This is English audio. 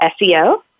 SEO